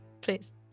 Please